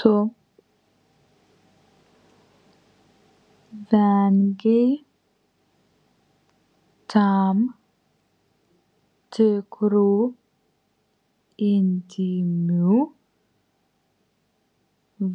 tu vengei tam tikrų intymių